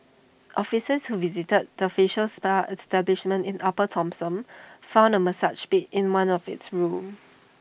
officers who visited the facial spa establishment in upper Thomson found A massage bed in one of its rooms